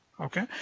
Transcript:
Okay